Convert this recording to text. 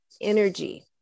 energy